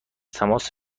تماس